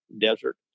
desert